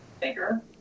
Bigger